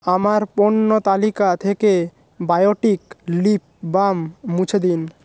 আমার পণ্য তালিকা থেকে বায়োটিক লিপ বাম মুছে দিন